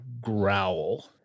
growl